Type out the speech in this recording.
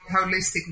holistic